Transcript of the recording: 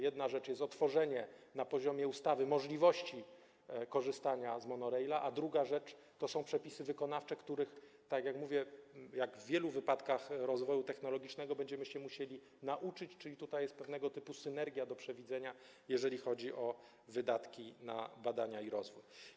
Jedną kwestią jest stworzenie na poziomie ustawy możliwości korzystania z monoraila, a drugą są przepisy wykonawcze, w związku z którymi, tak jak mówię, jak w wielu wypadkach rozwoju technologicznego, będziemy się musieli jeszcze trochę nauczyć, czyli tutaj jest pewnego typu synergia do przewidzenia, jeżeli chodzi o wydatki na badania i rozwój.